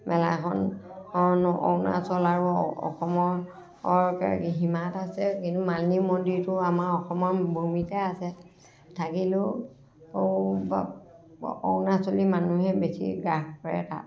মেলাখন অৰুণাচল আৰু অসমৰ সীমাত আছে কিন্তু মালিনী মন্দৰিটো আমাৰ অসমৰ ভূমিতে আছে থাকিলেও অৰুণাচলী মানুহে বেছি গ্ৰাস কৰে তাত